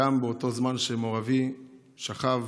באותו זמן שמור אבי שכב